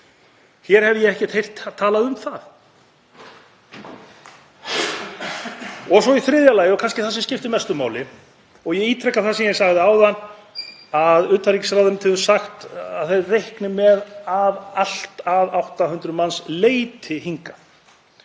Hér hef ég ekkert heyrt talað um það. Svo í þriðja lagi, og kannski það sem skiptir mestu máli, og ég ítreka það sem ég sagði áðan að utanríkisráðuneytið hefur sagt að það reikni með að allt að 800 manns leiti hingað